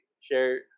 share